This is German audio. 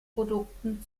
produkten